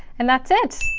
and that's it!